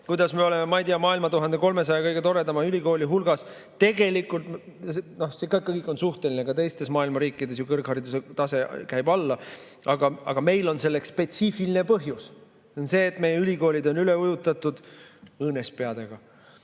kuidas me oleme, ma ei tea, maailma 1300 kõige toredama ülikooli hulgas. Tegelikult on see kõik suhteline, ka teistes maailma riikides käib ju kõrghariduse tase alla. Aga meil on selleks spetsiifiline põhjus. See on see, et meie ülikoolid on üle ujutatud õõnespeadega.